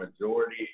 majority